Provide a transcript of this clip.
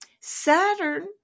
Saturn